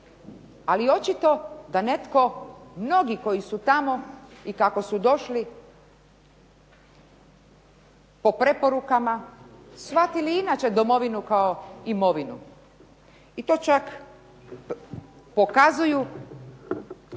Ali očito da netko, mnogi koji su tamo i kako su došli, po preporukama shvatili inače domovinu kao imovinu, i to čak pokazuju